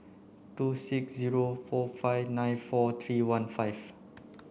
two six zero four five nine four three one five